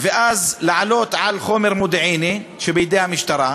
ואז לעלות על חומר מודיעיני שבידי המשטרה.